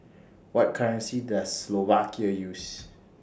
What currency Does Slovakia use